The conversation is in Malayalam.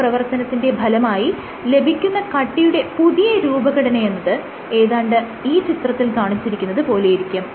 ഈ പ്രവർത്തനത്തിന്റെ ഫലമായി ലഭിക്കുന്ന കട്ടിയുടെ പുതിയ രൂപഘടനയെന്നത് ഏതാണ്ട് ഈ ചിത്രത്തിൽ കാണിച്ചിരിക്കുന്നത് പോലെയിരിക്കും